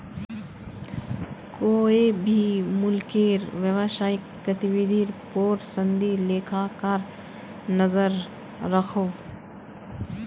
कोए भी मुल्केर व्यवसायिक गतिविधिर पोर संदी लेखाकार नज़र रखोह